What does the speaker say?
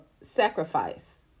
sacrifice